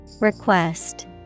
Request